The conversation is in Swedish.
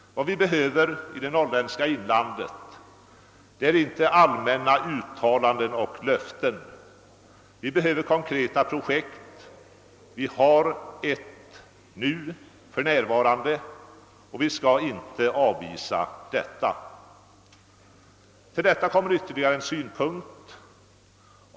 Vad vi behöver i det norrländska inlandet är inte allmänna uttalanden och löften. Vi behöver konkreta projekt. Här har vi ett och vi bör inte avvisa det. Härtill kommer ytterligare en synpunkt.